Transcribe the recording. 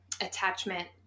attachment